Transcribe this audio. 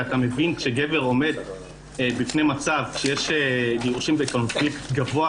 כי אתה מבין שכאשר גבר עומד בפני מצב שיש גירושים בפרופיל גבוה,